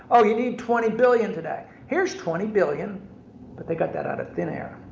ohh you need twenty billion today here's twenty billion but they've got that out of thin air.